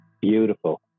beautiful